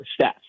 stats